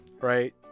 right